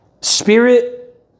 Spirit